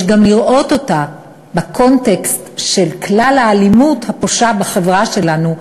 יש גם לראות אותה בקונטקסט של כלל האלימות הפושה בחברה שלנו,